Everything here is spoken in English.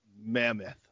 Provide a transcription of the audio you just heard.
mammoth